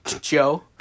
Joe